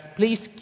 please